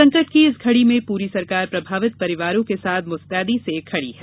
संकट की इस घडी में पूरी सरकार प्रभावित परिवारों के साथ मुस्तैदी से खडी है